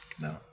No